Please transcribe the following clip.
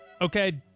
Okay